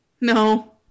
No